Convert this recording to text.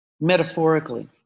metaphorically